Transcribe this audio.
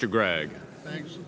to greg thanks